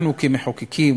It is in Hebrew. אנחנו כמחוקקים,